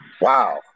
Wow